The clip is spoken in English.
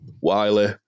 Wiley